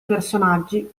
personaggi